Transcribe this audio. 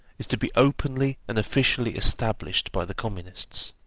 is to be openly and officially established by the communists.